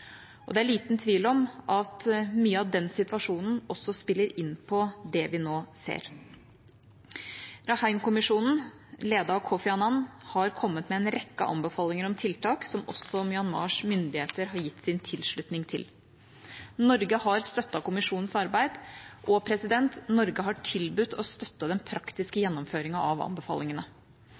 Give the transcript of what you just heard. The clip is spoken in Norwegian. og det er liten tvil om at mye av den situasjonen også spiller inn på det vi nå ser. Rakhine-kommisjonen, ledet av Kofi Annan, har kommet med en rekke anbefalinger om tiltak som også Myanmars myndigheter har gitt sin tilslutning til. Norge har støttet kommisjonens arbeid, og Norge har tilbudt å støtte den praktiske gjennomføringen av anbefalingene.